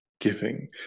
giving